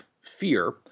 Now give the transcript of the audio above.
fear